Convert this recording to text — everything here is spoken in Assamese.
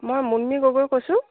মই মুন্মী গগৈয়ে কৈছোঁ